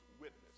witness